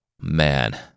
Man